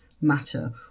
matter